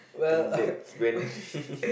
and that when